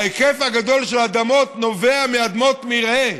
ההיקף הגדול של האדמות נובע מאדמות מרעה,